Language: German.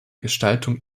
gestaltung